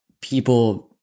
people